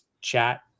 chat